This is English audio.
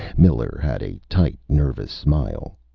miller had a tight, nervous smile.